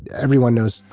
everyone knows,